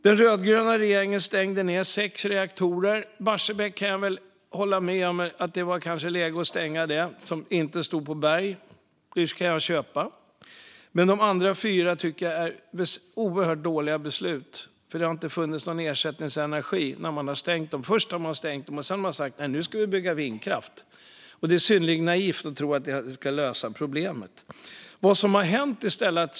Den rödgröna regeringen stängde sex reaktorer. Jag kan hålla med om att det var läge att stänga Barsebäck eftersom det inte stod på berg. Men stängningen av de andra fyra var ett oerhört dåligt beslut eftersom det inte har funnits någon ersättningsenergi när de har stängts. Först har de stängts, och sedan har man sagt att man ska bygga vindkraft. Det är synnerligen naivt att tro att det ska lösa problemet.